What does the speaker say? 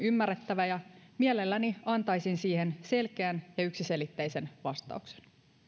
ymmärrettävä ja mielelläni antaisin siihen selkeän ja yksiselitteisen vastauksen